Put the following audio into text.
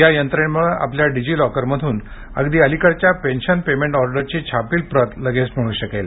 या यंत्रणेमुळे आपल्या डिजी लॉकरमधून अगदी अलीकडच्या पेन्शन पेमेंट ऑर्डरची छापील प्रत लगेच मिळू शकेल